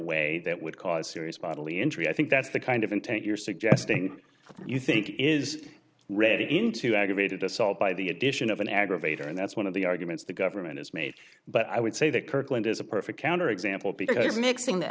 way that would cause serious bodily injury i think that's the kind of intent you're suggesting you think is read into aggravated assault by the addition of an aggravator and that's one of the arguments the government has made but i would say that kirkland is a perfect example because nixing the